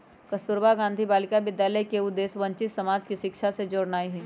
कस्तूरबा गांधी बालिका विद्यालय के उद्देश्य वंचित समाज के शिक्षा से जोड़नाइ हइ